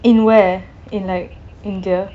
in where in like india